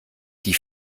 die